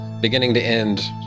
beginning-to-end